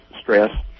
stress